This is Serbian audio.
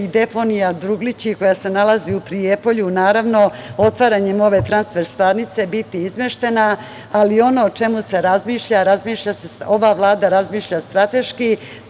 i deponija Druglići, koja se nalazi u Prijepolju, naravno, otvaranjem ove transfer stanice biti izmeštena ali ono o čemu se razmišlja, ova Vlada razmišlja strateški,